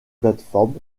plateformes